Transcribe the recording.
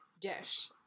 dish